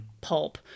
pulp